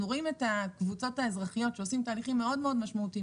אנחנו רואים את הקבוצות האזרחיות שעושות תהליכים מאוד משמעותיים